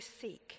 seek